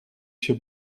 się